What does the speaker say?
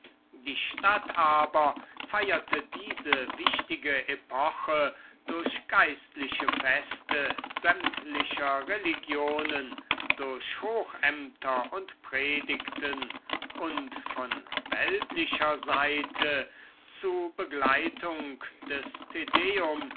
die stadt aber feierte diese wichtige epoche durch geistliche feste sämtlicher religionen durch hochämter und predigten und von weltlicher seite zu begleitung des